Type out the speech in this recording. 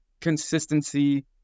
consistency